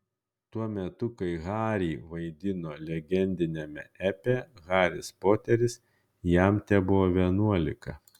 tuo metu kai harry vaidino legendiniame epe haris poteris jam tebuvo vienuolika